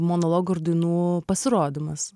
monologo ir dainų pasirodymas